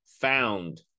found